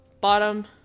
bottom